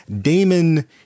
Damon